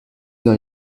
dans